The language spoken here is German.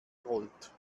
rollt